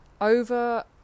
over